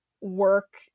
work